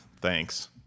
Thanks